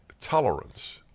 tolerance